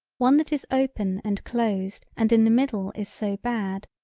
one that is open and closed and in the middle is so bad.